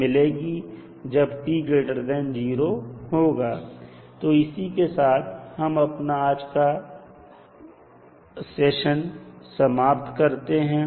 तो इसी के साथ हम अपना आज का फैशन समाप्त करते हैं